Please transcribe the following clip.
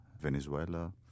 Venezuela